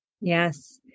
Yes